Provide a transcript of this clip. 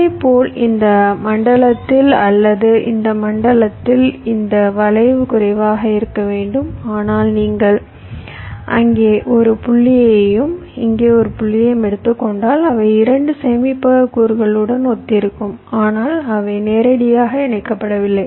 இதேபோல் இந்த மண்டலத்தில் அல்லது இந்த மண்டலத்தில் இந்த வளைவு குறைவாக இருக்க வேண்டும் ஆனால் நீங்கள் இங்கே ஒரு புள்ளியையும் இங்கே ஒரு புள்ளியையும் எடுத்துக் கொண்டால் அவை 2 சேமிப்பக கூறுகளுடன் ஒத்திருக்கும் ஆனால் அவை நேரடியாக இணைக்கப்படவில்லை